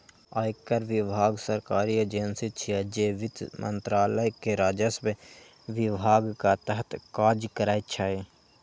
आयकर विभाग सरकारी एजेंसी छियै, जे वित्त मंत्रालय के राजस्व विभागक तहत काज करै छै